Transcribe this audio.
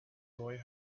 boy